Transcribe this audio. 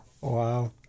Wow